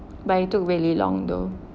but you took really long though